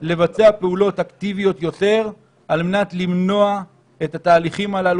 לבצע פעולות אקטיביות יותר על מנת למנוע את התהליכים הללו.